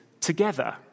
together